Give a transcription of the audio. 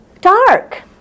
Dark